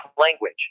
Language